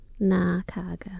Nakaga